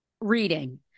reading